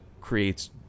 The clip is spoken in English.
creates